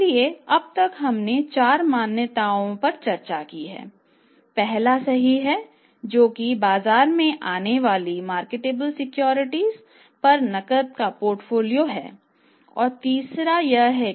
इसलिए अब तक हमने 4 मान्यताओं पर चर्चा की है पहला सही है जो कि बाजार में आने वाली मार्केटेबल सिक्योरिटीज है